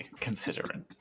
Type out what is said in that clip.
considering